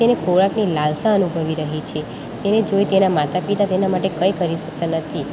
તેઓ ખોરાકની લાલસા અનુભવી રહી છે તેને જોઈ તેના માતા પિતા કંઈ કરી શકતા નથી